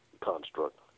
construct